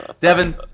Devin